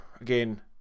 again